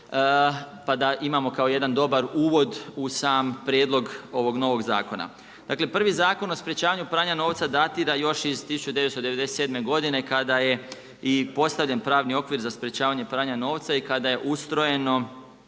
pa da imamo kao jedna dobar uvod u sam prijedlog ovog novog zakona. Dakle, prvi Zakon o sprečavanju pranja novca datira još iz 1997. godine kada je i postavljen pravni okvir za sprečavanje pranja novca i kada je ustrojena